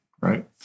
right